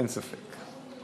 אין ספק.